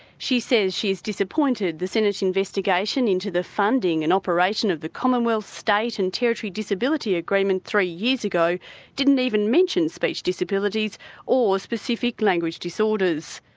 she says she is disappointed the senate investigation into the funding and operation of the commonwealth, state and territory disability agreement three years ago didn't even mention speech disabilities or specific language disorders.